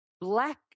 Black